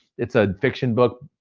it's a fiction book.